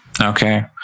Okay